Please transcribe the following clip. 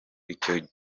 icyo